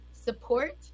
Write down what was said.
support